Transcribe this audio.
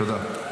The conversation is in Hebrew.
תודה.